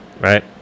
Right